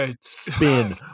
spin